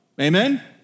Amen